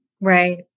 Right